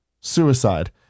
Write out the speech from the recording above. suicide